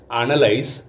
analyze